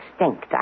extinct